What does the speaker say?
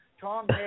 Tom